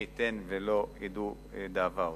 מי ייתן ולא ידעו דאבה עוד.